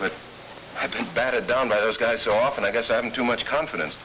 but i've been battered down by those guys so often i guess i'm too much confidence